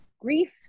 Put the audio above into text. Grief